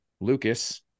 Lucas